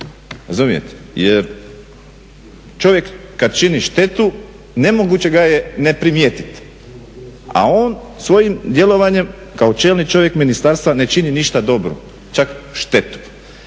Razumijete? Jer čovjek kad čini štetu nemoguće ga je ne primijetiti, a on svojim djelovanjem kao čelni čovjek ministarstva ne čini ništa dobro, čak štetu.